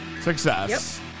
Success